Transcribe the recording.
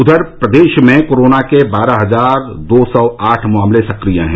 उधर प्रदेश में कोरोना के बारह हजार दो सौ आठ मामले सक्रिय हैं